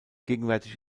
gegenwärtig